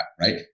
right